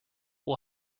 will